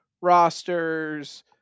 rosters